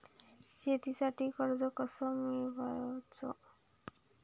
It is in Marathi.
शेतीसाठी कर्ज कस मिळवाच?